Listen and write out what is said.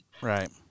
Right